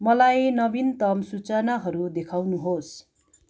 मलाई नवीनतम सूचनाहरू देखाउनुहोस्